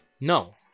No